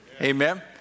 Amen